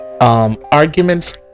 arguments